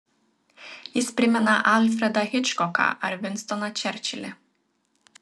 jis primena alfredą hičkoką ar vinstoną čerčilį